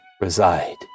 reside